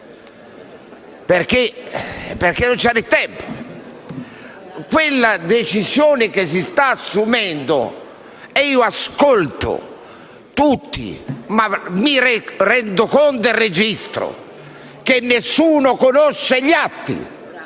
perché non c'era il tempo. Rispetto alla decisione che si sta assumendo, io ascolto tutti, ma mi rendo conto e registro che nessuno conosce gli atti,